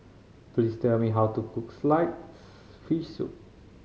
please tell me how to cook sliced fish soup